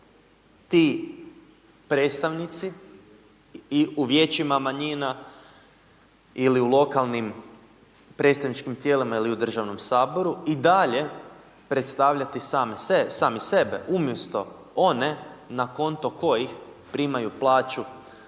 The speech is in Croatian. ti predstavnici u vijećima manjina ili u lokalnim predstavničkim tijelima ili u državnom saboru i dalje predstavljati sami sebe umjesto one na konto kojih primaju plaću